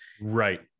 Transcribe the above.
Right